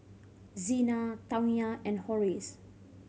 Zina Tawnya and Horace